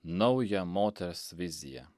naują moters viziją